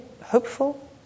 hopeful